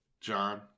John